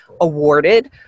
awarded